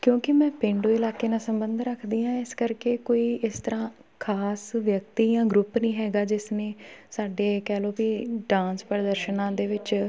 ਕਿਉਂਕਿ ਮੈਂ ਪੇਂਡੂ ਇਲਾਕੇ ਨਾਲ ਸੰਬੰਧ ਰੱਖਦੀ ਹਾਂ ਇਸ ਕਰਕੇ ਕੋਈ ਇਸ ਤਰ੍ਹਾਂ ਖ਼ਾਸ ਵਿਅਕਤੀ ਜਾਂ ਗਰੁੱਪ ਨਹੀਂ ਹੈਗਾ ਜਿਸ ਨੇ ਸਾਡੇ ਕਹਿ ਲਓ ਵੀ ਡਾਂਸ ਪ੍ਰਦਰਸ਼ਨਾਂ ਦੇ ਵਿੱਚ